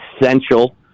essential